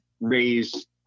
raise